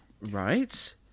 Right